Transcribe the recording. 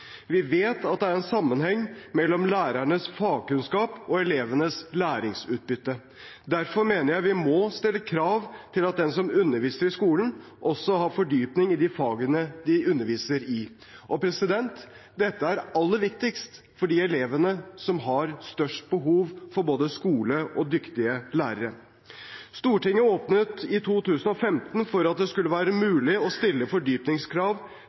Vi vet at det er en sammenheng mellom lærernes fagkunnskap og elevenes læringsutbytte. Derfor mener jeg vi må stille krav til at de som underviser i skolen, også har fordypning i de fagene de underviser i. Dette er aller viktigst for de elevene som har størst behov for både skole og dyktige lærere. Stortinget åpnet i 2015 for at det skulle være mulig å stille fordypningskrav